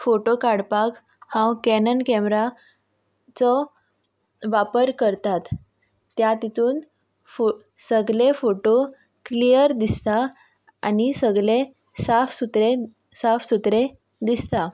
photo काडपाक हांव Canon कॅमराचो वापर करतात त्या तितून सगळे फोटो क्लियर दिसता आनी सगळें साफ सुत्रे साफ सुत्रे दिसतात